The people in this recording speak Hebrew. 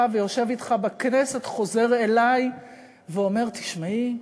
ויושב אתך בכנסת חוזר אלי ואומר: תשמעי,